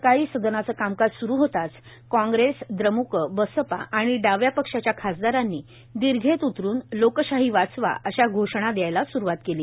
सकाळी सदनाचं कामकाज स्रुरू होताच काँग्रेस द्रमुक बसपा आणि डाव्या पक्षाच्या खासदारांनी दीर्घेत उतरून लोकशाही वाचवा अशा घोषणा दद्यायला सुरूवात केली